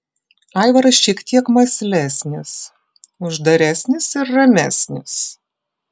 aivaras šiek tiek mąslesnis uždaresnis ir ramesnis